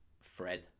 Fred